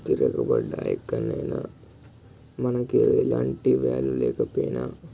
తిరగబడ్డా ఎక్కడైనా మనకి ఎలాంటి వాల్యూ లేకపోయినా